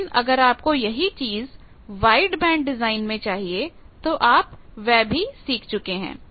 लेकिन अगर आपको यही चीज वाइड बैंड डिजाइन मैं चाहिए तो आप वह भी सीख चुके हैं